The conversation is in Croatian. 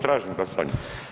Tražim glasanje.